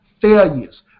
failures